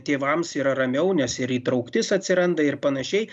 tėvams yra ramiau nes ir įtrauktis atsiranda ir panašiai